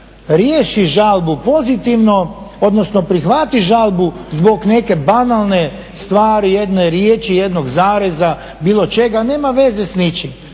riješi žalbu pozitivno odnosno prihvati žalbu zbog neke banalne stvari, jedne riječi, jednog zareza, bilo čega, nema veze s ničim.